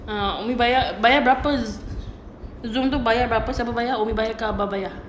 ah abeh bayar bayar berapa zoom tu bayar berapa siapa bayar umi bayar ke abah bayar